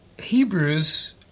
Hebrews